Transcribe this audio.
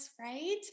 right